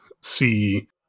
see